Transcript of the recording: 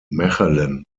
mechelen